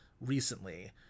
recently